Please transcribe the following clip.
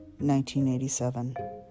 1987